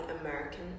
american